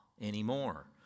anymore